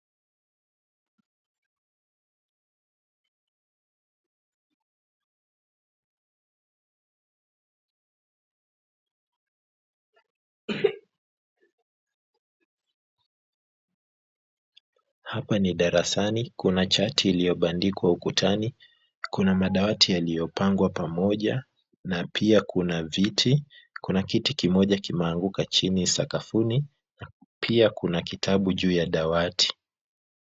Hapa ni darasani na chati imebandikwa ukutani, kuna madawati yaliyopangwa kwa pamoja na pia kuna kiti kimoja kimeanguka sakafuni. Pia kuna kiti kimeanguka sakafuni.